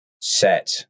set